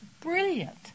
brilliant